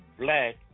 black